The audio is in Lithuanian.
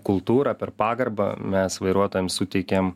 kultūrą per pagarbą mes vairuotojams suteikiam